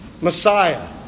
Messiah